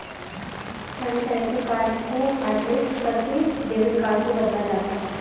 सभी तरह के कार्ड्स को हाटलिस्ट करके डेबिट कार्ड को बदला जाता है